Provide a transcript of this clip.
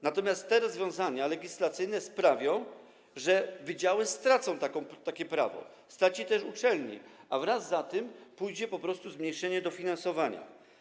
Natomiast te rozwiązania legislacyjne sprawią, że wydziały stracą takie prawo, straci też uczelnia, a za tym pójdzie po prostu zmniejszenie dofinansowania.